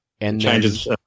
Changes